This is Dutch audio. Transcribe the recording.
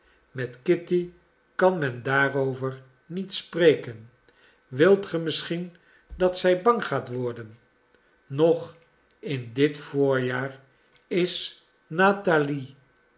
met kitty kan men daarover niet spreken wilt ge misschien dat zij bang gaat worden nog in dit voorjaar is natalie